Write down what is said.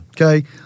Okay